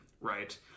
right